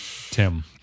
Tim